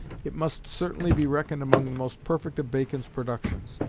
it must certainly be reckoned among the most perfect of bacon's productions.